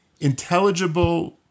intelligible